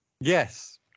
Yes